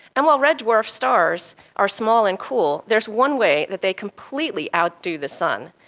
and while red dwarf stars are small and cool, there's one way that they completely out-do the sun.